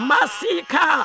Masika